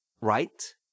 right